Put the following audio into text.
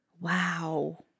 Wow